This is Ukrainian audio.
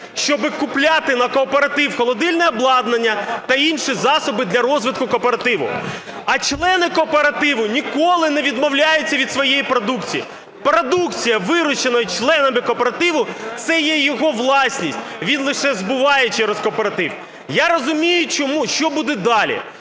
щоб купляти на кооператив холодильне обладнання та інші засоби для розвитку кооперативу. А члени кооперативу ніколи не відмовляються від своєї продукції. Продукція, виручена членами кооперативу, - це є його власність, він лише збуває через кооператив. Я розумію, що буде далі.